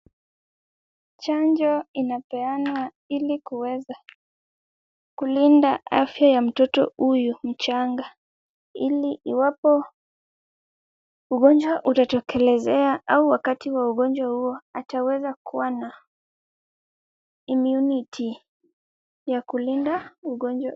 Chanjo inapeanwa ili kuweza kulinda afya ya mtoto huyu mchanga, ili iwapo ugonjwa utatokelezea au wakati wa ugonjwa huo, ataweza kuwa na immunity ya kulinda ugonjwa.